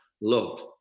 Love